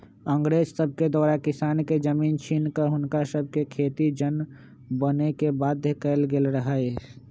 अंग्रेज सभके द्वारा किसान के जमीन छीन कऽ हुनका सभके खेतिके जन बने के बाध्य कएल गेल रहै